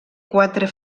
quatre